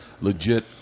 Legit